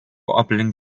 aplink